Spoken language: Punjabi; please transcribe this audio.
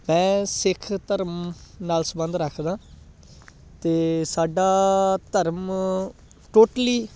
ਮੈਂ ਸਿੱਖ ਧਰਮ ਨਾਲ ਸੰਬੰਧ ਰੱਖਦਾਂ ਅਤੇ ਸਾਡਾ ਧਰਮ ਟੋਟਲੀ